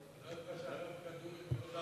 תדע